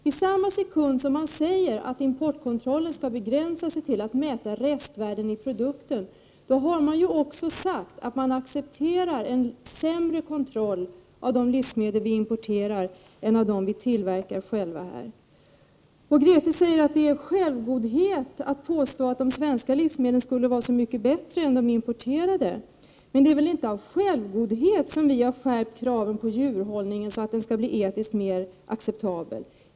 I samma sekund som man säger att importkontrollen skall begränsa sig till att mäta restvärden i produkten, har man också sagt att man accepterar en sämre kontroll av de livsmedel vi importerar än av dem vi tillverkar själva. Grethe Lundblad säger att det är självgodhet att påstå att de svenska livsmedlen skulle vara så mycket bättre än de importerade. Men det är väl inte av självgodhet som vi har skärpt kraven på djurhållningen, så att den skall bli etiskt mer acceptabel?